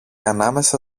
ανάμεσα